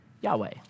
Yahweh